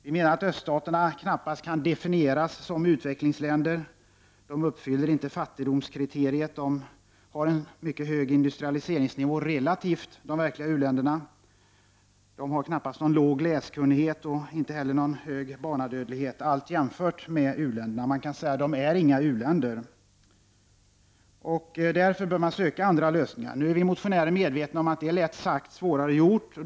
Vi menar att öststaterna knappast kan definieras som utvecklingsländer. De uppfyller inte fattigdomskriteriet. Deras industrialiseringsnivå är mycket hög i relation till de verkliga u-länderna. Läskunnigheten är hög och barna = Prot. 1989/90:101 dödligheten låg, allt jämfört med u-länderna. 5 april 1990 Man kan säga att öststaterna är inga u-länder, och därför bör andra lösningar sökas. Vi är medvetna om att det är lätt sagt och svårare gjort.